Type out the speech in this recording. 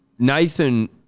Nathan